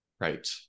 Right